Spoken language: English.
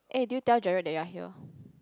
eh did you tell Gerald that you are here